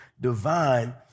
divine